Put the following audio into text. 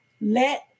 let